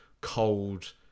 cold